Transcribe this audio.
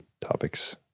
topics